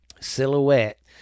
Silhouette